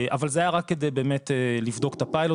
אבל זה היה רק כדי באמת לבדוק את הפיילוט